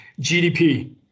GDP